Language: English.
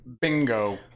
Bingo